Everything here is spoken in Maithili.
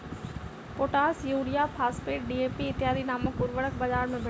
पोटास, यूरिया, फास्फेट, डी.ए.पी इत्यादि नामक उर्वरक बाजार मे भेटैत छै